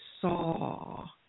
saw